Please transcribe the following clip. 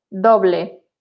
doble